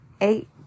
eight